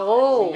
ברור.